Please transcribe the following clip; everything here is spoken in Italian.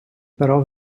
però